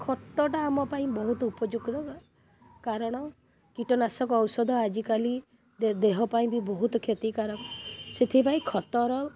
ଖତଟା ଆମ ପାଇଁ ବହୁତ ଉପଯୋଗିତା କାରଣ କୀଟନାଶକ ଔଷଧ ଆଜିକାଲି ଦେହ ପାଇଁ ବି ବହୁତ କ୍ଷତିକାରକ ସେଥିପାଇଁ ଖତର